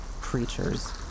creatures